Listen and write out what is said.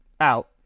out